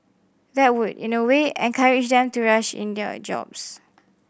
that would in a way encourage them to rush in their jobs